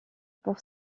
pour